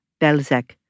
Belzec